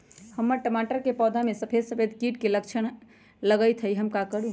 हमर टमाटर के पौधा में सफेद सफेद कीट के लक्षण लगई थई हम का करू?